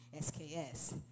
SKS